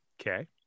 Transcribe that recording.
okay